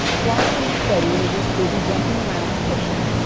flossie and freddie were just busy jumping around the kitchen,